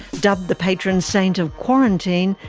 dubbed the patron saint of quarantine,